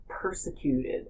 Persecuted